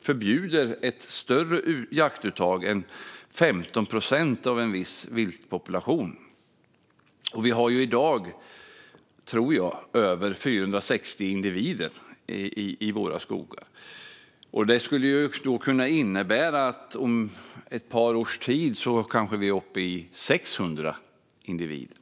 förbjuder ett större jaktuttag än 15 procent av en viss viltpopulation. Vi har i dag, tror jag, över 460 individer i våra skogar. Det skulle kunna innebära att vi om ett par års tid är uppe i kanske 600 individer.